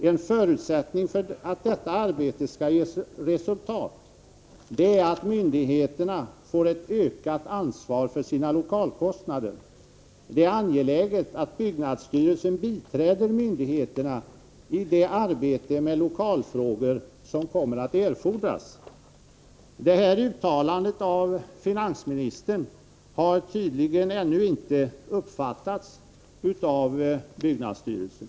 En förutsättning för att detta arbete skall ge resultat är att myndigheterna får ett ökat ansvar för sina lokalkostnader. Det är angeläget att byggnadsstyrelsen biträder myndigheterna i det arbete med lokalfrågor som kommer att erfordras.” Detta uttalande av finansministern har tydligen ännu inte uppmärksammats av byggnadsstyrelsen.